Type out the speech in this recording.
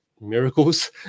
miracles